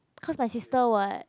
cause my sister [what]